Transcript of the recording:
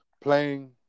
playing –